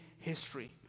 history